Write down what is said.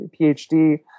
PhD